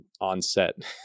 on-set